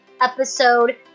episode